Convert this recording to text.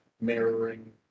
mirroring